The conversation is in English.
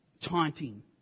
taunting